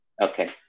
Okay